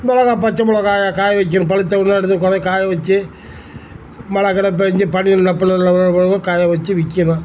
மிளகா பச்சை மிளகாய காய வைக்கிறது பழுத்த உடனே எடுத்துக் கொல காய வெச்சி மழை கில பேய்ஞ்சி பனியில் காய வெச்சி விற்கணும்